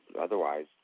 otherwise